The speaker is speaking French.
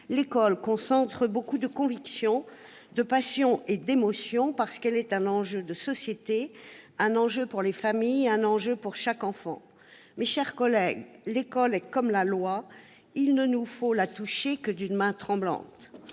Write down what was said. L'école concentre beaucoup de convictions, de passion et d'émotions, parce qu'elle est un enjeu de société, un enjeu pour les familles et un enjeu pour chaque enfant. Mes chers collègues, l'école est comme la loi : il ne nous faut la « toucher que d'une main tremblante